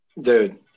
Dude